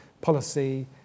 policy